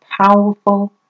powerful